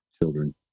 children